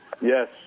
Yes